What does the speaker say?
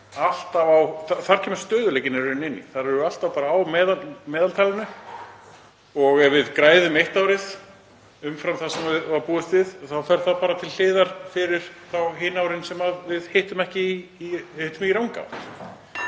Þar kemur stöðugleikinn inn. Þar erum við alltaf á meðaltalinu og ef við græðum eitt árið umfram það sem var búist við þá fer það bara til hliðar fyrir hin árin sem við hittum í ranga